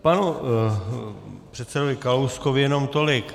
K panu předsedovi Kalouskovi jenom tolik.